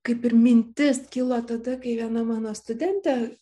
kaip ir mintis kilo tada kai viena mano studentė